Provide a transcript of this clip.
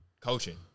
coaching